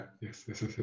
yes